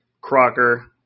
Crocker